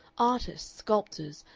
artists, sculptors,